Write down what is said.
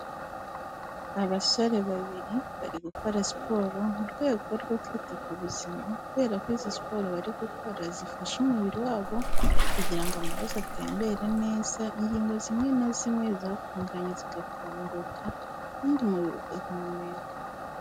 Abasore babiri bari gukora siporo mu rwego rwo kwita ku buzima kubera ko izi siporo bari gukora zifasha umubiri wabo kugira ngo amaraso atembere neza, ingingo zimwe na zimwe zafunganye zigafunguka, ubundi umubiri ugahumeka.